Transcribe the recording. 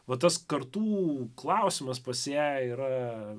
va tas kartų klausimas pas ją yra